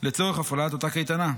לצורך הפעלת אותה קייטנה.